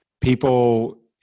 people